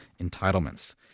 entitlements